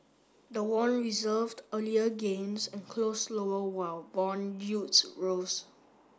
the won reversed earlier gains and closed lower while bond yields rose